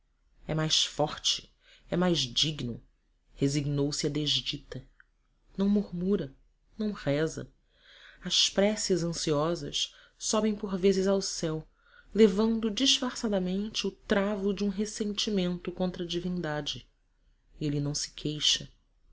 é mais forte é mais digno resignouse à desdita não murmura não reza as preces ansiosas sobem por vezes ao céu levando disfarçadamente o travo de um ressentimento contra a divindade e ele não se queixa